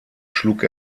schlug